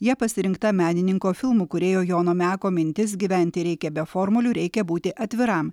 ja pasirinkta menininko filmų kūrėjo jono meko mintis gyventi reikia be formulių reikia būti atviram